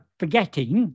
forgetting